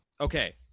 Okay